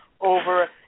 over